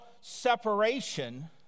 separation